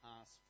asked